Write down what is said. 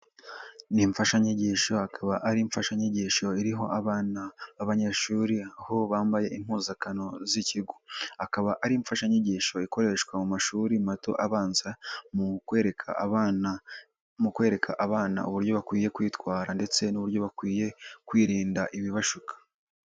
Ni imfashanyigisho, akaba ari imfashanyigisho iriho abana b'abanyeshuri aho bambaye impuzankano z'ikigo, akaba ari imfashanyigisho ikoreshwa mu mashuri mato abanza mu kwereka abana uburyo bakwiye kwitwara ndetse n'uburyo bakwiye kwirinda ibibashuka.